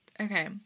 Okay